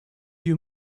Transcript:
you